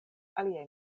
aliaj